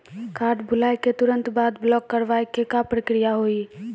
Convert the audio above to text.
Card भुलाए के तुरंत बाद ब्लॉक करवाए के का प्रक्रिया हुई?